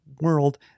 world